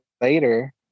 later